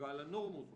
ועל הנורמות בחברה.